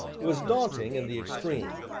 was daunting in the extreme.